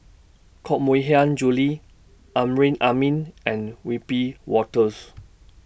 Koh Mui Hiang Julie Amrin Amin and Wiebe Wolters